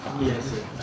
Yes